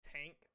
tank